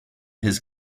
his